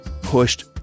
pushed